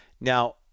Now